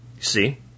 See